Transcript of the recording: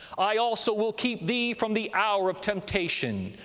i also will keep thee from the hour of temptation,